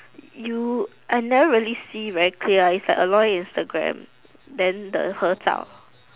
you I never really see very clear it's like Aloy Instagram then the 合照